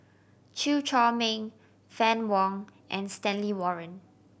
Chew Chor Meng Fann Wong and Stanley Warren